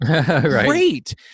Great